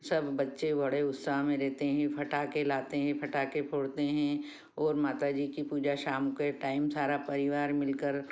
सब बच्चे बड़े उत्साह में रहते हैं पटाखे लाते हैं पटाखे फोड़ते हैं और माता जी की पूजा शाम के टाइम सारा परिवार मिल कर